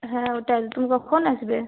হ্যাঁ ওটাই তুমি কখন আসবে